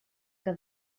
que